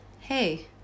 Hey